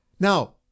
Now